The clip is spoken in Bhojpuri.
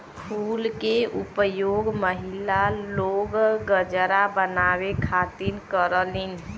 फूल के उपयोग महिला लोग गजरा बनावे खातिर करलीन